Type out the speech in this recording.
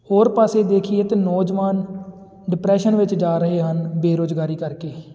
ਹੋਰ ਪਾਸੇ ਦੇਖੀਏ ਤਾਂ ਨੌਜਵਾਨ ਡਿਪਰੈਸ਼ਨ ਵਿੱਚ ਜਾ ਰਹੇ ਹਨ ਬੇਰੁਜ਼ਗਾਰੀ ਕਰਕੇ